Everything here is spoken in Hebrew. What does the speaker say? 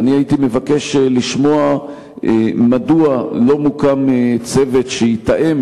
הייתי מבקש לשמוע מדוע לא מוקם צוות שיתאם